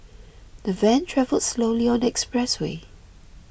the van travelled slowly on the expressway